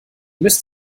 müsst